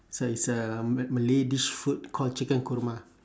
so it's a ma~ malay dish food called chicken korma